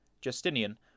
Justinian